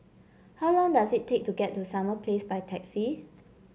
how long does it take to get to Summer Place by taxi